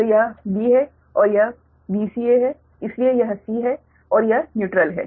तो यह b है और यह Vca है इसलिए यह c है और यह न्यूट्रल है